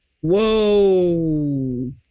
Whoa